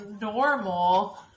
normal